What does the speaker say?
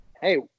hey